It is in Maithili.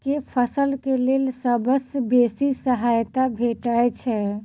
केँ फसल केँ लेल सबसँ बेसी सहायता भेटय छै?